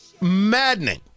maddening